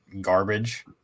garbage